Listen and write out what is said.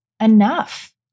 enough